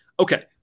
Okay